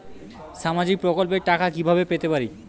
সামাজিক প্রকল্পের টাকা কিভাবে পেতে পারি?